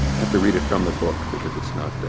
have to read it from the book because it's not done,